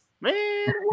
man